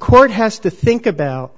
court has to think about